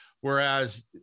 Whereas